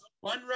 one